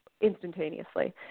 instantaneously